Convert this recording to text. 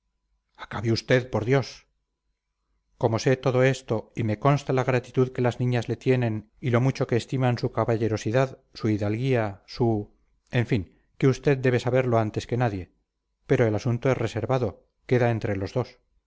acabe usted por dios como sé todo esto y me consta la gratitud que las niñas le tienen y lo mucho que estiman su caballerosidad su hidalguía su en fin que usted debe saberlo antes que nadie pero el asunto es reservado queda entre los dos